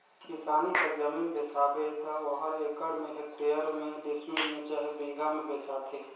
किसानी कर जमीन बेसाबे त ओहर एकड़ में, हेक्टेयर में, डिसमिल में चहे बीघा में बेंचाथे